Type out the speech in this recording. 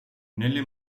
nelle